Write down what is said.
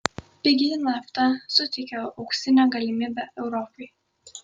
pigi nafta suteikia auksinę galimybę europai